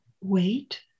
wait